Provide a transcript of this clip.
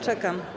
Czekam.